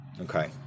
Okay